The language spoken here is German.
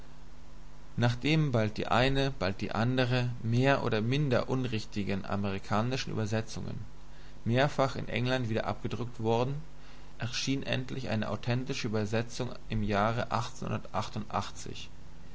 nachdem bald die eine bald die andere der mehr oder minder unrichtigen amerikanischen übersetzungen mehrfach in england wieder abgedruckt worden erschien endlich eine authentische übersetzung im jahre